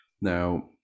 Now